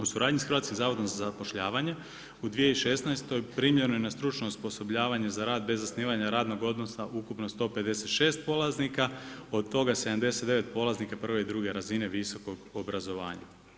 U suradnji sa Hrvatskim zavodom za zapošljavanje u 2016. primljeno je na stručno osposobljavanje za rad bez zasnivanja radnog odnosa ukupno 156 polaznika, od toga 79 polaznika prve i druge razine visokog obrazovanja.